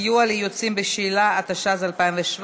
סיוע ליוצאים בשאלה), התשע"ז 2017,